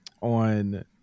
on